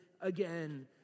again